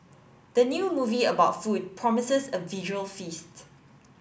the new movie about food promises a visual feast